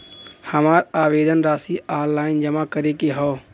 हमार आवेदन राशि ऑनलाइन जमा करे के हौ?